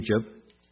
Egypt